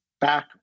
back